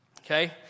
Okay